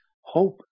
hope